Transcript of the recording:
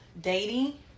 dating